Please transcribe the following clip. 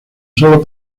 sólo